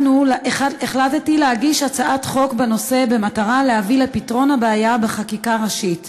החלטתי להגיש הצעת חוק בנושא במטרה להביא לפתרון הבעיה בחקיקה ראשית.